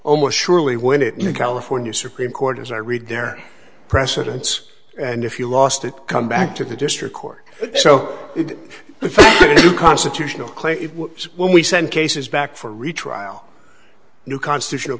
almost surely would it mean a california supreme court as i read their precedents and if you lost it come back to the district court so constitutional claim when we send cases back for retrial new constitutional